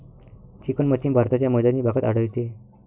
चिकणमाती भारताच्या मैदानी भागात आढळते